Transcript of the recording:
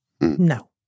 No